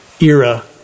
era